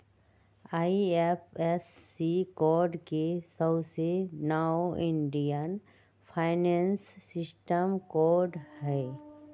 IFSC code के सऊसे नाओ इंडियन फाइनेंशियल सिस्टम कोड हई